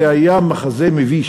זה היה מחזה מביש.